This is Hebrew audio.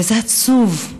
וזה עצוב,